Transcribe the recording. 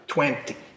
Twenty